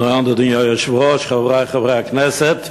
אדוני היושב-ראש, תודה, חברי חברי הכנסת,